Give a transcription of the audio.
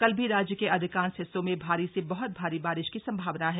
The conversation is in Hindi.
कल भी राज्य के अधिकांश हिस्सों में भारी से बह्त भारी बारिश की संभावना है